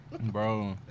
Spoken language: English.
Bro